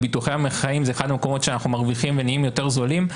בביטוחי החיים זה אחד המקומות שאנחנו מרוויחים ונהיים יותר זולים.